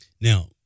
Now